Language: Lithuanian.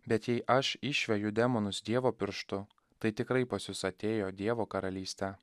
bet jei aš išveju demonus dievo pirštu tai tikrai pas jus atėjo dievo karalystę